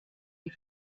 die